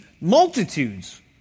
multitudes